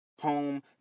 Home